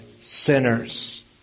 sinners